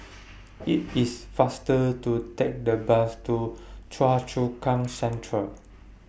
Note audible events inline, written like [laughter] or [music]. [noise] IT IS faster to Take The Bus to Choa Chu Kang Central